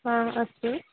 हा अस्तु